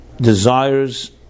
desires